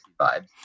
vibes